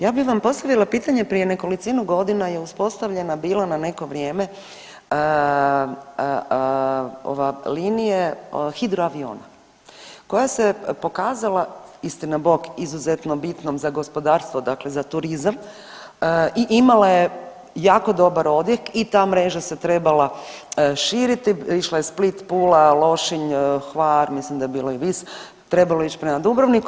Ja bih vam postavila pitanje, prije nekolicinu godina je uspostavljena bila na neko vrijeme linije hidroaviona koja se pokazala, istinabog izuzetno bitnom za gospodarstvo dakle za turizam i imala je jako dobar odjek i ta mreža se trebala širiti, išla je Split, Pula, Lošinj, Hvar mislim da je bilo i Vis, trebalo je ići prema Dubrovniku.